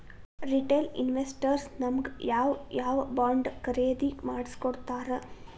Retail investors ನಮಗ್ ಯಾವ್ ಯಾವಬಾಂಡ್ ಖರೇದಿ ಮಾಡ್ಸಿಕೊಡ್ತಾರ?